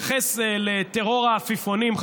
חבר הכנסת אילן גילאון התייחס לטרור העפיפונים.